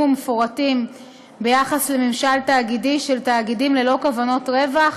ומפורטים ביחס לממשל תאגידי של תאגידים ללא כוונות רווח